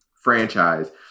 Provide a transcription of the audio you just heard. franchise